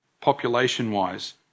population-wise